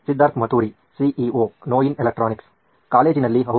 Siddharth Maturi CEO ನೋಯಿನ್ electronics college ನಲ್ಲಿ ಹೌದು